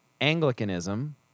Anglicanism